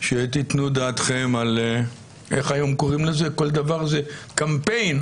שתיתנו דעתכם כל דבר היום זה קמפיין,